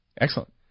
Excellent